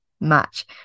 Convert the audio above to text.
match